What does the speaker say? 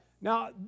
Now